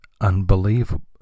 unbelievable